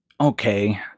Okay